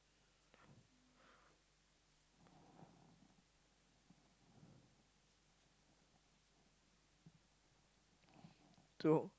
so